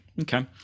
Okay